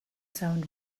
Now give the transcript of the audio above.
zoned